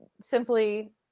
simply